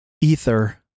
Ether